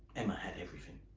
emma had everything.